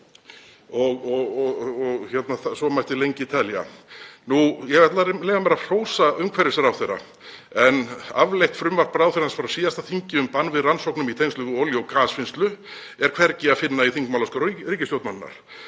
Og svo mætti lengi telja. Ég ætla að leyfa mér að hrósa umhverfisráðherra, en afleitt frumvarp ráðherrans frá síðasta þingi um bann við rannsóknum í tengslum við olíu- og gasvinnslu er hvergi að finna í þingmálaskrá ríkisstjórnarinnar.